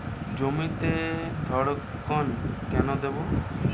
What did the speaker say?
জমিতে ধড়কন কেন দেবো?